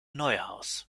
neuhaus